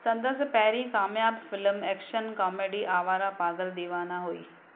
संदसि पहिरीं क़ाम्याबु film action comedy Awara Pagal Deewana हुई